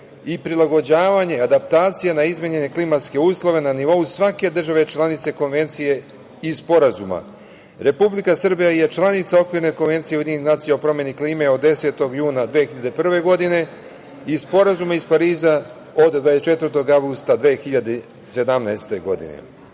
i prilagođavanje adaptacije na izmenjene klimatske uslove na nivou svake države članice Konvencije i Sporazuma. Republika Srbija je članica Okvirne konvencije UN o promeni klime od 10. juna 2001. godine i Sporazuma iz Pariza od 24. avgusta 2017.